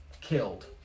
killed